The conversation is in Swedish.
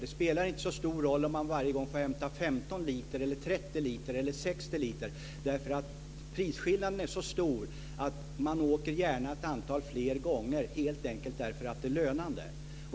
Det spelar inte så stor roll om man varje gång får hämta 15, 30 eller 60 liter. Prisskillnaden är så stor att man gärna åker ett antal fler gånger, helt enkelt därför att det är lönande.